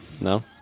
no